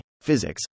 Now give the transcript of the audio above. physics